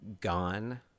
Gone